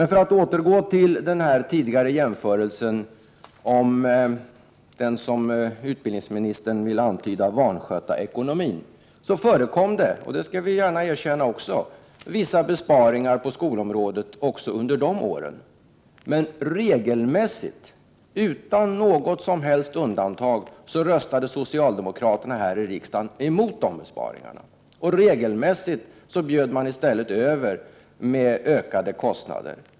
För att återgå till den tidigare jämförelsen med den, som utbildningsministern vill antyda, vanskötta ekonomin så förekom det — det skall vi gärna erkänna — även under de borgerliga regeringsåren vissa besparingar på skolområdet. Men regelmässigt, utan något som helst undantag röstade socialdemokraterna här i riksdagen mot de besparingarna. Regelmässigt bjöd man i stället över med ökade kostnader.